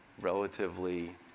relatively